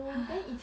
!hais!